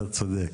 אתה צודק.